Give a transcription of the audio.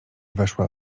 weszła